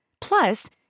Plus